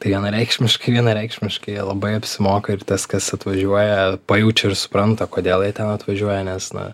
tai vienareikšmiškai vienareikšmiškai labai apsimoka ir tas kas atvažiuoja pajaučia ir supranta kodėl jie ten atvažiuoja nes na